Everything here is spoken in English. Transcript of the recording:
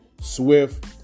Swift